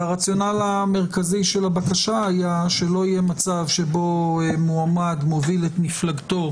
הרציונל המרכזי של הבקשה היה שלא יהיה מצב שבו מועמד מוביל את מפלגתו